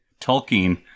Tolkien